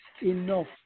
enough